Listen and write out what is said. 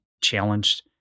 challenged